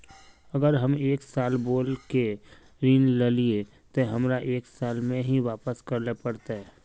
अगर हम एक साल बोल के ऋण लालिये ते हमरा एक साल में ही वापस करले पड़ते?